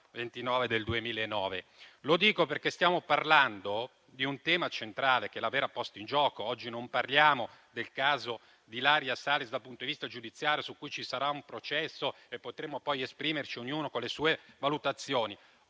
Lo dico perché stiamo parlando di un tema centrale che è la vera posta in gioco. Oggi non parliamo del caso di Ilaria Salis dal punto di vista giudiziario, su cui ci sarà un processo e potremo poi esprimerci ognuno con le sue valutazioni.